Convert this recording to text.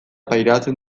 pairatzen